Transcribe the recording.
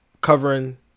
Covering